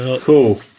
Cool